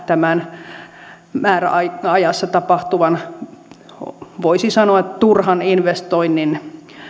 tämän määräajassa tapahtuvan voisi sanoa turhan investoinnin